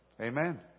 amen